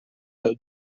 pel